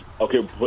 Okay